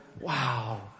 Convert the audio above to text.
Wow